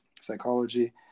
psychology